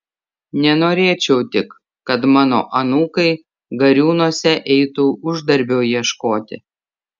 nenorėčiau tik kad mano anūkai gariūnuose eitų uždarbio ieškoti